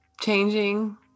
changing